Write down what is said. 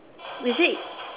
you said